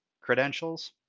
credentials